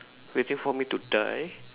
waiting for me to die